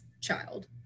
child